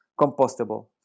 compostable